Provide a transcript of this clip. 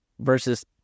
versus